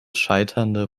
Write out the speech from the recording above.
scheiternde